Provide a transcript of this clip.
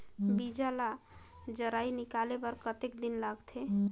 बीजा ला जराई निकाले बार कतेक दिन रखथे?